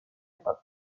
pop